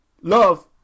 love